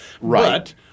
Right